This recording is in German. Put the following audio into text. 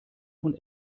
von